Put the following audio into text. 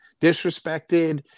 disrespected